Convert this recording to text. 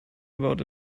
about